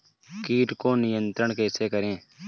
कीट को नियंत्रण कैसे करें?